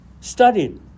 studied